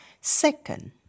Second